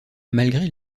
malgré